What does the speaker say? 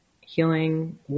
healing